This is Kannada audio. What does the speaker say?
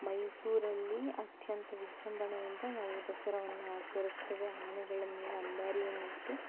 ಮೈಸೂರಲ್ಲಿ ಅತ್ಯಂತ ವಿಜೃಂಭಣೆಯಿಂದ ನಾವು ದಸರಾವನ್ನು ಆಚರಿಸ್ತೇವೆ ಆನೆಗಳ ಮೇಲೆ ಅಂಬಾರಿಯನ್ನಿಟ್ಟು